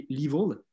level